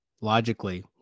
Logically